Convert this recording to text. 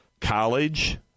college